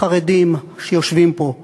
החרדים שיושבים פה,